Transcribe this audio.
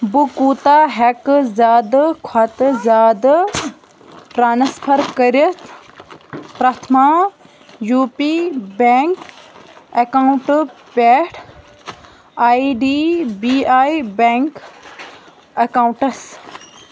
بہٕ کوٗتاہ ہٮ۪کہٕ زیادٕ کھۄتہٕ زیادٕ ٹرٛانسفَر کٔرِتھ Prathama U P bank account پٮ۪ٹھ I D B I bank accounts